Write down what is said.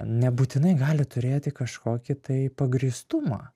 nebūtinai gali turėti kažkokį tai pagrįstumą